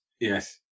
Yes